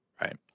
Right